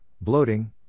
bloating